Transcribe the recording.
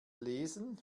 lesen